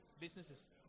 businesses